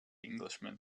englishman